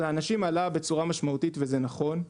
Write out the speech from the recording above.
לאנשים עלה בצורה משמעותית, וזה נכון.